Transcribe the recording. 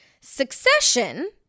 Succession